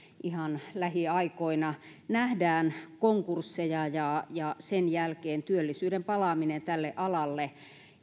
ihan lähiaikoina nähdään konkursseja ja ja sen jälkeen työllisyyden palaaminen tälle alalle